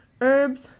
herbs